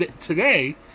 today